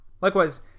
Likewise